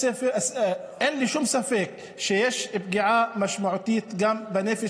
אין לי שום ספק שיש פגיעה משמעותית גם בנפש,